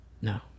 No